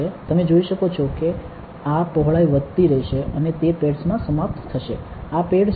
તમે જોઈ શકો છો કે આ પહોળાઈ વધતી રહેશે અને તે પેડ્સમાં સમાપ્ત થશે આ પેડ્સ છે